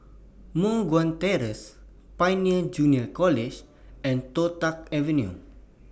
Moh Guan Terrace Pioneer Junior College and Toh Tuck Avenue